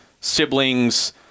siblings